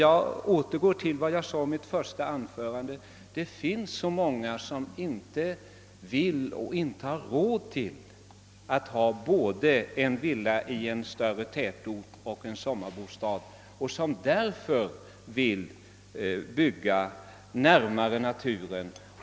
Jag återgår till vad jag sade i mitt första anförande. Det finns många människor som inte vill och som inte har råd att ha både en villa i en större tätort och en sommarbostad och som därför vill bygga en permanentbostad närmare naturen.